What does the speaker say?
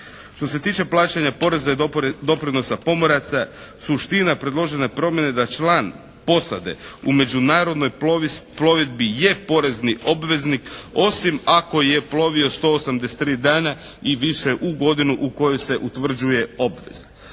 Što se tiče plaćanja poreza i doprinosa pomoraca suština predložene promjene da član posade u međunarodnoj plovidbi je porezni obveznik osim ako je plovio 183 dana i više u godini u kojoj se utvrđuje obveza.